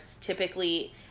typically